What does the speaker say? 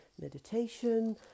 meditation